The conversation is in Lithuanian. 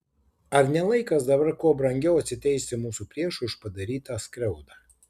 ar ne laikas dabar kuo brangiau atsiteisti mūsų priešui už padarytą skriaudą